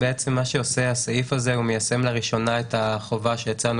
הסעיף הזה מיישם לראשונה את החובה שהצענו